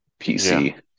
pc